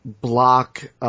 block